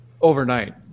overnight